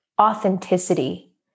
authenticity